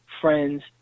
friends